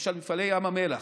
למשל מפעלי ים המלח,